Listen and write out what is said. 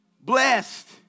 Blessed